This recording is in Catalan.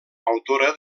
autora